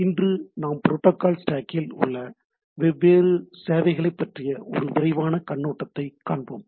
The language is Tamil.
இன்று நாம் புரோட்டோகால் ஸ்டேக்கில் உள்ள வெவ்வேறு சேவைகளைப் பற்றிய ஒரு விரைவான கண்ணோட்டத்தைக் காண்போம்